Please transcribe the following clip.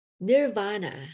nirvana